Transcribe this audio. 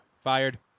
fired